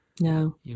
no